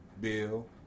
Bill